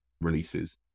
releases